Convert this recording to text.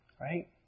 right